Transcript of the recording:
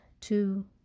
two